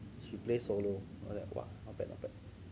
if you play solo or what lah not bad not bad